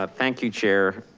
ah thank you, chair.